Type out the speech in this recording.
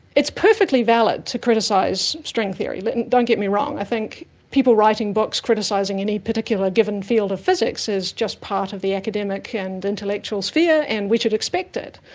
it's perfectly valid to criticise string theory, but and don't get me wrong. i think people writing books criticising any particular given field of physics is just part of the academic and intellectual sphere and we should expect it.